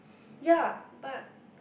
ya but